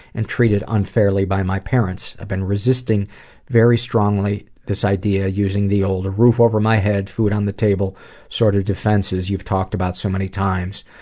and treated unfairly by my parents. i've been resisting very strongly this idea, using the old roof over my head, food on the table' sort of defenses you've talked about so many times.